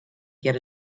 get